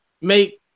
make